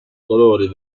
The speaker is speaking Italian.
colori